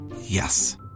Yes